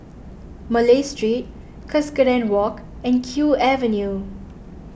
Malay Street Cuscaden Walk and Kew Avenue